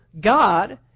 God